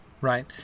right